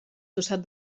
tossal